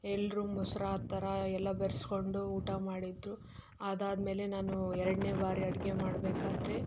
ಎಲ್ಲರೂ ಮೊಸ್ರು ಆ ಥರ ಎಲ್ಲ ಬೆರೆಸ್ಕೊಂಡು ಊಟ ಮಾಡಿದರು ಅದಾದ್ಮೇಲೆ ನಾನು ಎರಡನೇ ಬಾರಿ ಅಡುಗೆ ಮಾಡಬೇಕಾದ್ರೆ